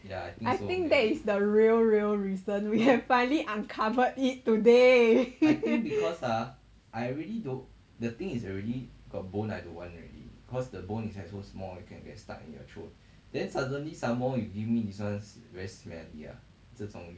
I think that is the real real reason we have finally uncovered it today